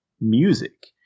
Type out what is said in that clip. music